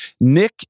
Nick